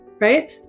right